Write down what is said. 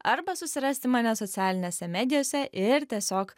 arba susirasti mane socialinėse medijose ir tiesiog